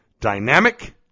dynamic